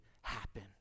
happen